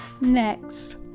Next